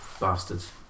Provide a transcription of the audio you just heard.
bastards